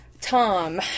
Tom